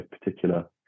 particular